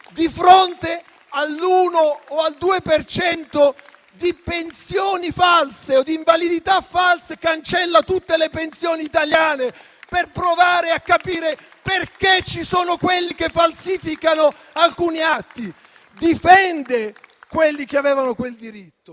di fronte all'1 o al 2 per cento di pensioni false o di invalidità false, cancelli tutte le pensioni italiane per provare a capire perché ci sono quelli che falsificano alcuni atti. Difende quelli che avevano quel diritto.